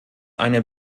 eine